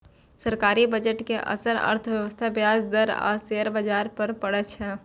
सरकारी बजट के असर अर्थव्यवस्था, ब्याज दर आ शेयर बाजार पर पड़ै छै